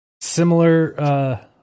similar